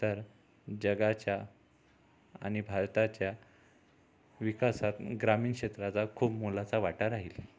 तर जगाच्या आणि भारताच्या विकासात ग्रामीण क्षेत्राचा खूप मोलाचा वाटा राहील